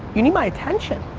you need my attention.